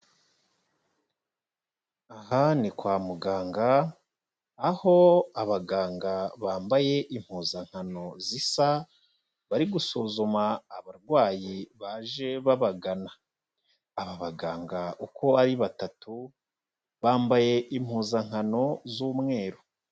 Aha ni kwa muganga aho abaganga bambaye impuzankano zisa bari gusuzuma abarwayi baje babagana, aba baganga uko ari batatu bambaye impuzankano z'umweru.